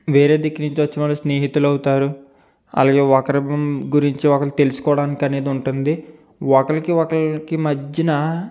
వేరే దిక్కు నుంచి వచ్చిన వారు స్నేహితులవుతారు అలాగే ఒకరిని గురించి ఒకరు తెలుసుకోవడానికి అనేది ఉంటుంది ఒకళ్ళకి ఒకళ్ళకి మధ్యన